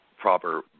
proper